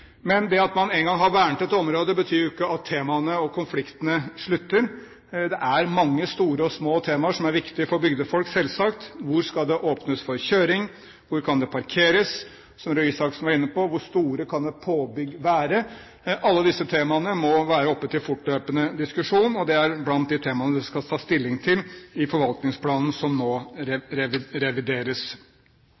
Det at man en gang har vernet et område, betyr jo ikke at temaene og konfliktene slutter. Det er mange store og små temaer som er viktige for bygdefolk, selvsagt: Hvor skal det åpnes for kjøring? Hvor kan det parkeres? Og som Røe Isaksen var inne på: Hvor stort kan et påbygg være? Alle disse temaene må være oppe til fortløpende diskusjon, og det er blant de temaene det skal tas stilling til i forvaltningsplanen som nå